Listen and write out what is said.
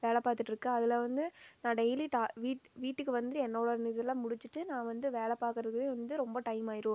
வேலை பார்த்துட்ருக்கேன் அதில் வந்து நான் டெய்லி வீட்டுக்கு வந்து என்னோட அந்த இதெலாம் முடிச்சுட்டு நான் வந்து வேலை பார்க்குறதே வந்து ரொம்ப டைமாகிரும்